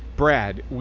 Brad